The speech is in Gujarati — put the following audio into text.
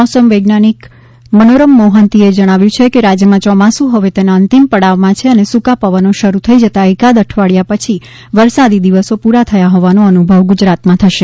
મૌસમ વૈઝનીક મનોરમા મોહંતીએ જણાવ્યુ છે કે રાજ્યમાં ચોમાસું હવે તેના અંતિમ પડાવમાં છે અને સૂકા પવનો શરૂ થઈ જતાં એકાદ અઠવાડીયા પછી વરસાદી દિવસો પૂરા થયા હોવાનો અનુભવ ગુજરાતમાં થશે